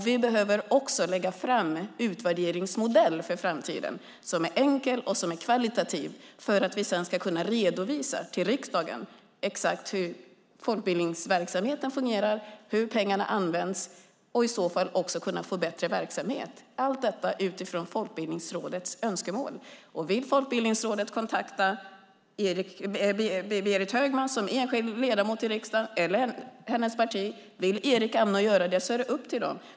Vi behöver också lägga fram en utvärderingsmodell för framtiden som är enkel och kvalitativ för att vi sedan ska kunna redovisa till riksdagen exakt hur folkbildningsverksamheten fungerar och hur pengarna används och i så fall också kunna få bättre verksamhet. Allt detta görs utifrån Folkbildningsrådets önskemål. Om Folkbildningsrådet vill kontakta Berit Högman som enskild ledamot i riksdagen eller hennes parti och om Erik Amnå vill göra det är det upp till dem.